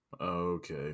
Okay